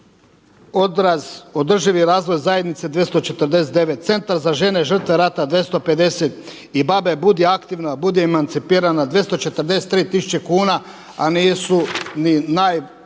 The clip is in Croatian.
Odraz održivi razvoj zajednice 249, Centar za žene žrtve rata 250 i BaBe „Budi aktivna, budi emancipirana“ 243 tisuće kuna, a nisu ni najveću